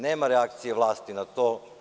Nema reakcije vlasti na to.